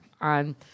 on